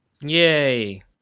Yay